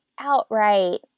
outright